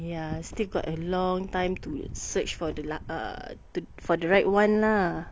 !haiya! still got a long time to search for the la~ uh for the right one lah